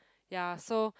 ya so